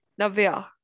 Navya